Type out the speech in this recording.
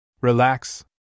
Relax